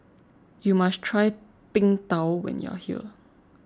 you must try Png Tao when you are here